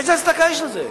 איזו הצדקה יש לזה?